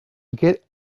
get